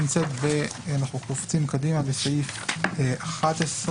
אנחנו קופצים קדימה לסעיף 11,